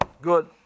Good